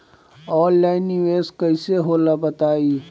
Online निवेस कइसे होला बताईं?